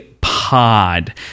Pod